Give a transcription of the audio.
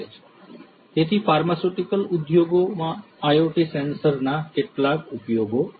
તેથી ફાર્માસ્યુટિકલ ઉદ્યોગો માં IoT સેન્સરના આ કેટલાક ઉપયોગો છે